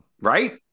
right